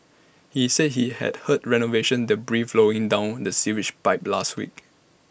he said he had heard renovation debris flowing down the sewage pipe last week